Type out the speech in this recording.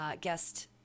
Guest